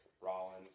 Rollins